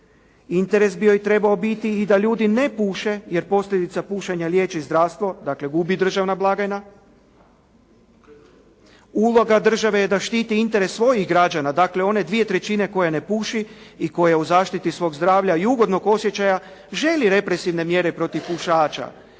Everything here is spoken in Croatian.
Interes bi joj trebao biti i da ljudi ne puše jer posljedicu pušenja liječi zdravstvo dakle gubi državna blagajna. Uloga države je da štiti interes svojih građana dakle one dvije trećine koje ne puši i koje u zaštiti svog zdravlja i ugodnog osjećaja želi represivne mjere protiv pušača.